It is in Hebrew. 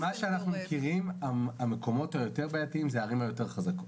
ממה שאנחנו מכירים המקומות היותר בעייתיים זה הערים היותר חזקות.